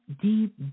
deep